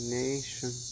nation